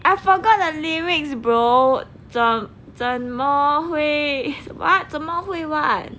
I forgot the lyrics bro 怎怎么会 what 怎么会 what